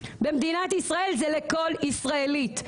במדינת ישראל זה לכל ישראלית.